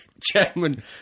Chairman